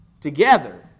together